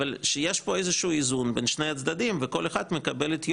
אבל שיהיה פה איזה איזון בין שני הצדדים וכל אחד מקבל את יומו,